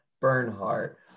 Bernhardt